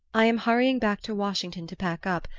i am hurrying back to washington to pack up,